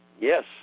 Yes